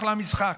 אחלה משחק.